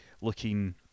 looking